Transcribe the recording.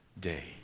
day